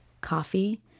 coffee